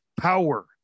Power